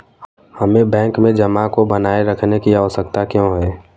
हमें बैंक में जमा को बनाए रखने की आवश्यकता क्यों है?